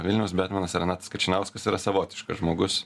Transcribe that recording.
vilniaus betmenas renatas kačinauskas yra savotiškas žmogus